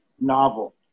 novel